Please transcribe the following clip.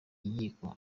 inkiko